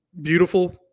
beautiful